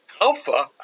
Alpha